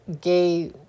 gay